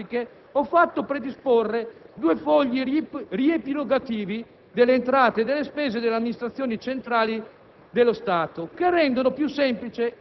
ricorrendo anche a semplici innovazioni grafiche, ho fatto predisporre due fogli riepilogativi delle entrate e delle spese delle amministrazioni centrali